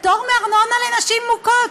פטור מארנונה לנשים מוכות,